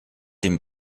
dem